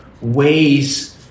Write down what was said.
ways